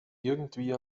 irgendwie